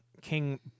King